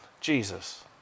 Jesus